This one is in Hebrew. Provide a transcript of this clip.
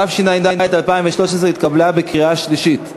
התשע"ד 2013, התקבלה בקריאה שלישית.